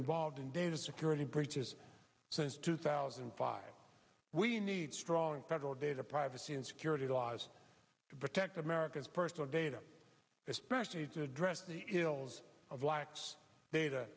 involved in data security breaches since two thousand and five we need strong federal data privacy and security laws to protect america's personal data especially its address the ills of lax data